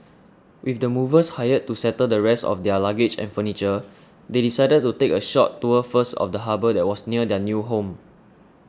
with the movers hired to settle the rest of their luggage and furniture they decided to take a short tour first of the harbour that was near their new home